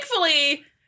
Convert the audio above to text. Thankfully